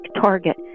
target